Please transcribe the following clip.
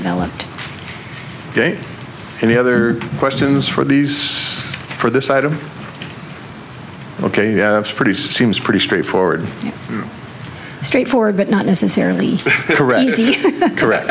developed and the other questions for these for the side of ok pretty seems pretty straightforward straightforward but not necessarily correct